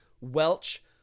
Welch